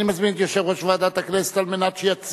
אני מזמין את יושב-ראש ועדת הכנסת להציג